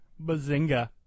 Bazinga